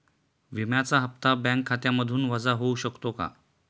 विम्याचा हप्ता बँक खात्यामधून वजा होऊ शकतो का?